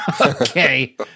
Okay